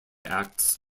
acts